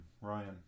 Ryan